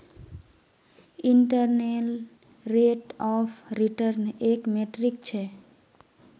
internal rate of return एक metric छ